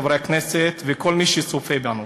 חברי הכנסת וכל מי שצופה בנו: